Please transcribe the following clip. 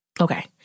okay